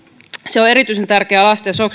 se on erityisen tärkeää lasten